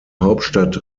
hauptstadt